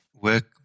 work